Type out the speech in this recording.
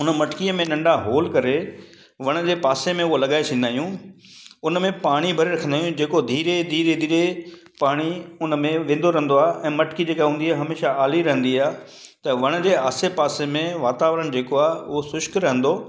हुन मटकीअ में नंढा होल करे वण जे पासे में उहा लॻाए छॾंदा आहियूं हुन में पाणी भरे रखंदा आहियूं जेको धीरे धीरे धीरे पाणी हुन में वेंदो रहंदो आहे ऐं मटकी जेका हूंदी आहे हमेशह आली रहंदी आहे त वण जे आसे पासे में वातावरण जेको आहे उहो शुष्क रहंदो